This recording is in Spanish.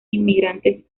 inmigrantes